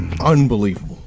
Unbelievable